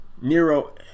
Nero